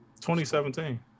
2017